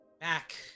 back